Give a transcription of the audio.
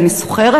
אני שוכרת,